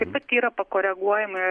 taip pat yra pakoreguojami